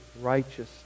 righteousness